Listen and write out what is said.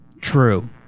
true